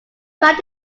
plot